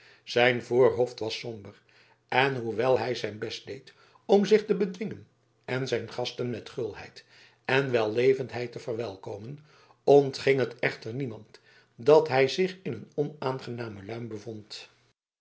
zijn voorhoofd was somber en hoewel hij zijn best deed om zich te bedwingen en zijn gasten met gulheid en wellevendheid te verwelkomen ontging het echter niemand dat hij zich in een onaangename luim bevond